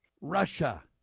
Russia